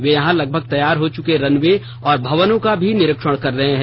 वे यहां लगभग तैयार हो चुके रनवे और भवनों का भी निरीक्षण कर रहे हैं